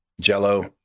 Jello